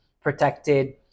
protected